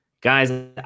Guys